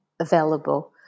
available